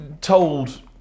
told